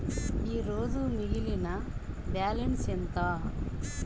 ఈరోజు మిగిలిన బ్యాలెన్స్ ఎంత?